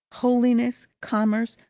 holiness, commerce,